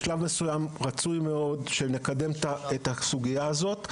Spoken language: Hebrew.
בשלב מסוים רצוי מאוד שנקדם את הסוגיה הזו.